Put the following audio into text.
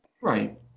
Right